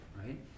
right